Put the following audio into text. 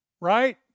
right